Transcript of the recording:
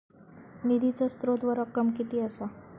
निधीचो स्त्रोत व रक्कम कीती असा?